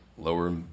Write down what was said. lower